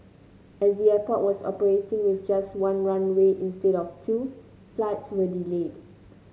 as the airport was operating with just one runway instead of two flights were delayed